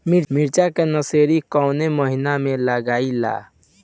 मिरचा का नर्सरी कौने महीना में लागिला?